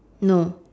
no